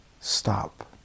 stop